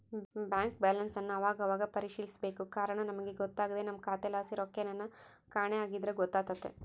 bank ಬ್ಯಾಲನ್ಸನ್ ಅವಾಗವಾಗ ಪರಿಶೀಲಿಸ್ಬೇಕು ಕಾರಣ ನಮಿಗ್ ಗೊತ್ತಾಗ್ದೆ ನಮ್ಮ ಖಾತೆಲಾಸಿ ರೊಕ್ಕೆನನ ಕಾಣೆ ಆಗಿದ್ರ ಗೊತ್ತಾತೆತೆ